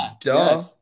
duh